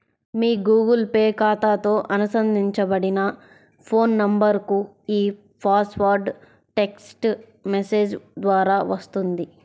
మీ Google Pay ఖాతాతో అనుబంధించబడిన phone నంబర్కు ఈ పాస్వర్డ్ టెక్ట్స్ మెసేజ్ ద్వారా వస్తుంది